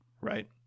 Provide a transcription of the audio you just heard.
Right